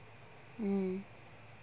um